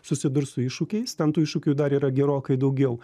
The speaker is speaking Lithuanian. susidurs su iššūkiais ten tų iššūkių dar yra gerokai daugiau